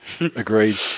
Agreed